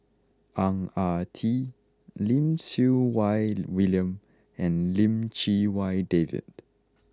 Ang Ah Tee Lim Siew Wai William and Lim Chee Wai David